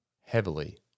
heavily